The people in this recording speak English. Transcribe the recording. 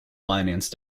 finance